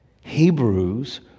Hebrews